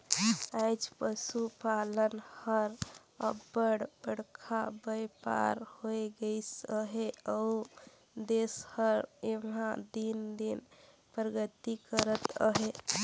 आएज पसुपालन हर अब्बड़ बड़खा बयपार होए गइस अहे अउ देस हर एम्हां दिन दिन परगति करत अहे